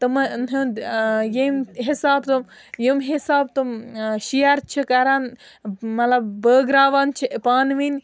تِمَن ہُنٛد ٲں ییٚمہِ حِساب تِم ییٚمہِ حِساب تِم ٲں شِیر چھِ کَران مطلب بٲگراوان چھِ پانہٕ وٲنۍ